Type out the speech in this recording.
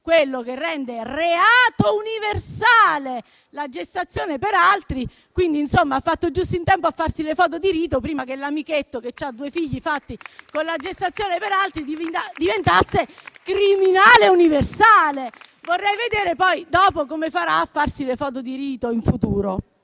quello che rende reato universale la gestazione per altri. Insomma, ha fatto giusto in tempo a farsi le foto di rito prima che l'amichetto, che ha due figli fatti con la gestazione per altri, diventasse criminale universale. Vorrei vedere poi come farà a farsi le foto di rito in futuro.